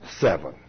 seven